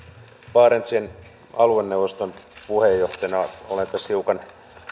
barentsin alueneuvoston puheenjohtajana olen tässä hiukan